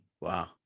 Wow